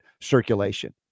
circulation